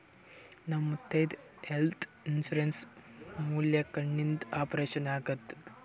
ನಮ್ ಮುತ್ಯಾಂದ್ health insurance ಮ್ಯಾಲ ಕಣ್ಣಿಂದ್ ಆಪರೇಷನ್ ಆಗ್ಯಾದ್